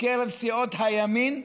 בקרב סיעות הימין,